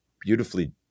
beautifully